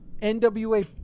NWA